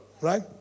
Right